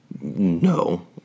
No